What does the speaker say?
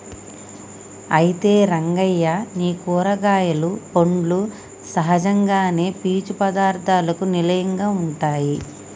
అయితే రంగయ్య నీ కూరగాయలు పండ్లు సహజంగానే పీచు పదార్థాలకు నిలయంగా ఉంటాయి